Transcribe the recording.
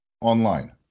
online